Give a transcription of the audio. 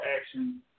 action